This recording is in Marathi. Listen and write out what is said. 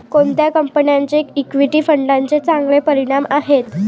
कोणत्या कंपन्यांचे इक्विटी फंडांचे चांगले परिणाम आहेत?